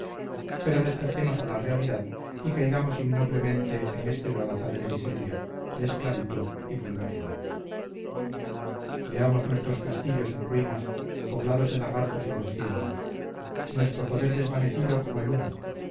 pero despertemos a la realidad y caigamos innoblemente en este lodazal de miseria de esclavitud y vulgaridad veamos nuestros castillos en ruinas poblados de lagartos y murciélagos nuestro poder desvanecido como el humo